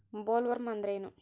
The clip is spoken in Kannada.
ಬೊಲ್ವರ್ಮ್ ಅಂದ್ರೇನು?